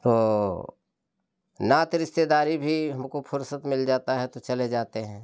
तो नाते रिश्तेदारी भी हमको फुर्सत मिल जाता है तो चले जाते हैं